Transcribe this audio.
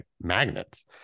magnets